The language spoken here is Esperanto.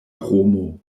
romo